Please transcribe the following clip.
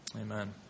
Amen